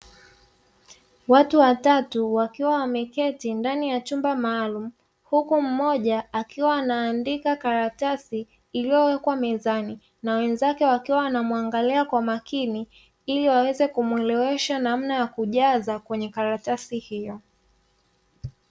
Watu watatu wakiwa wameketi ndani ya chumba maalumu, huku mmoja akiwa anaandika karatasi iliyowekwa mezani na wenzake wakiwa wanamuangalia kwa makini, ili waweze kumuelewesha namna ya kujaza kwenye karatasi hio.